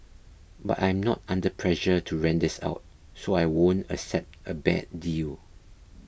but I'm not under pressure to rent this out so I won't accept a bad deal